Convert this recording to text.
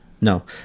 no